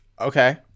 okay